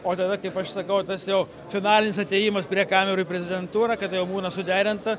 o tada kaip aš sakau tas jau finalinis atėjimas prie kamerų į prezidentūrą kada jau būna suderinta